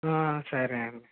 సరే అండి